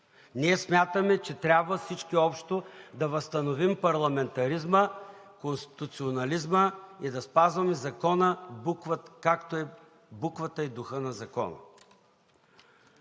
Ние смятаме, че трябва всички общо да възстановим парламентаризма, конституционализма и да спазваме закона, както е буквата и духът на закона.